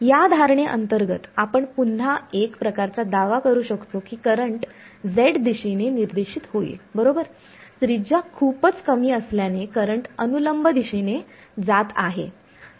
या धारणे अंतर्गत आपण पुन्हा एक प्रकारचा दावा करू शकतो की करंट z दिशेने निर्देशित होईल बरोबर त्रिज्या खूपच कमी असल्याने करंट अनुलंब दिशेने जात आहे